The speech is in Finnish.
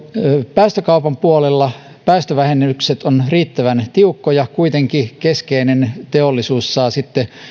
päästökaupan puolella päästövähennykset ovat riittävän tiukkoja kuitenkin keskeinen teollisuus saa